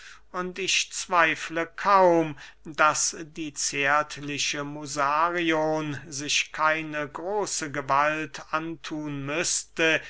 und ich zweifle kaum daß die zärtliche musarion sich keine große gewalt anthun müßte